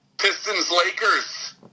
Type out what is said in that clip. Pistons-Lakers